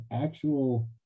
actual